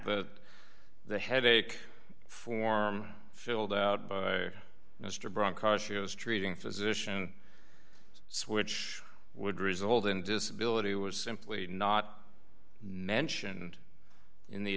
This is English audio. that the headache form filled out by mr brancaccio is treating physician switch would result in disability was simply not mentioned in the